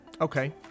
okay